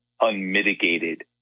unmitigated